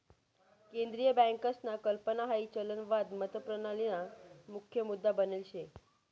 केंद्रीय बँकसना कल्पना हाई चलनवाद मतप्रणालीना मुख्य मुद्दा बनेल शे